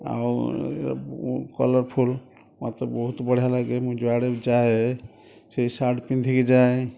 ଆଉ କଲରଫୁଲ୍ ମୋତେ ବହୁତ ବଢ଼ିଆ ଲାଗେ ମୁଁ ଯୁଆଡ଼େବି ଯାଏ ସେହି ସାର୍ଟ ପିନ୍ଧିକି ଯାଏ